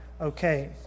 okay